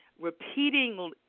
repeating